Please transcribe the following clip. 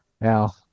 Now